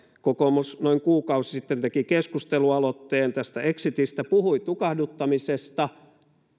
kokoomus noin kuukausi sitten teki keskustelualoitteen tästä exitistä puhui tukahduttamisesta